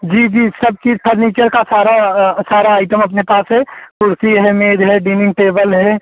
जी जी सब चीज़ फर्नीचर का सारा सारा आइटम अपने पास है कुर्सी है मेज़ है डीनिंग टेबल है